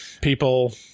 people